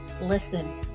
Listen